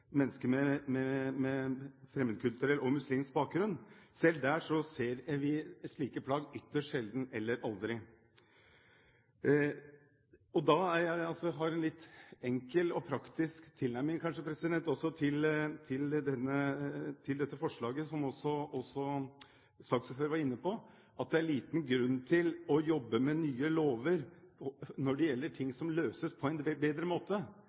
med fremmedkulturell og muslimsk bakgrunn – ser slike plagg ytterst sjelden eller aldri. Jeg har også kanskje en litt enkel og praktisk tilnærming til dette forslaget, på samme måte som saksordføreren, at det er liten grunn til å jobbe med nye lover når det gjelder ting som kan løses på en bedre måte,